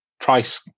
price